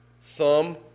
thumb